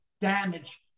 damage